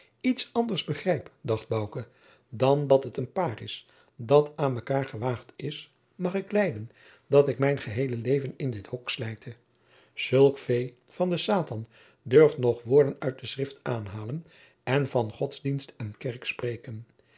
iets anders begrijp dacht bouke dan dat het een paar is dat aan mekaêr gewaagd is mag ik lijden dat ik mijn geheele leven in dit hok slijte zulk vee van den satan durft nog woorden uit de schrift aanhalen en van godsdienst en kerk spreken